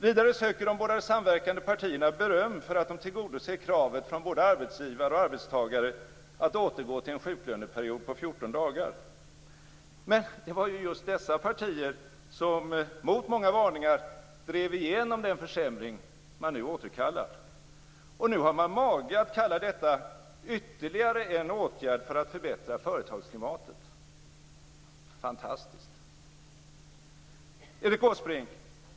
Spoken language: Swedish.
Vidare söker de båda samverkande partierna beröm för att de tillgodoser kravet från både arbetsgivare och arbetstagare att återgå till en sjuklöneperiod på 14 dagar. Men det var ju just dessa partier som mot många varningar drev igenom den försämring de nu återkallar! Nu har man mage att kalla detta ytterligare en åtgärd för att förbättra företagsklimatet. Fantastiskt! Erik Åsbrink!